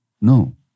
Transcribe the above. No